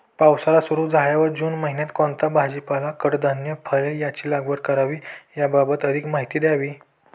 पावसाळा सुरु झाल्यावर जून महिन्यात कोणता भाजीपाला, कडधान्य, फळे यांची लागवड करावी याबाबत अधिक माहिती द्यावी?